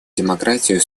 демократию